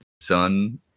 son